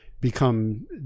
become